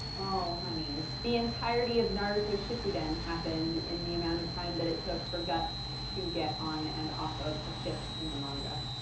ah honeys. the entirety of naruto shippuuden happened in the amount of time. that it took for guts to get on and off of a ship in the manga.